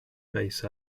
base